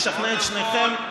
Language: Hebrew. לשכנע את שניכם,